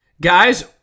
Guys